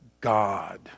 God